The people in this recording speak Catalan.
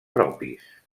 propis